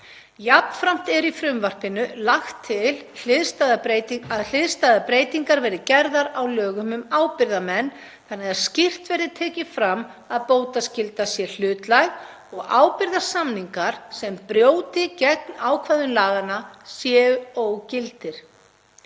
Jafnframt er í frumvarpinu lagt til að hliðstæðar breytingar verði gerðar á lögum um ábyrgðarmenn þannig að skýrt verði tekið fram að bótaskylda sé hlutlæg og ábyrgðarsamningar sem brjóti gegn ákvæðum laganna séu ógildir.